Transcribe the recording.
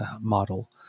model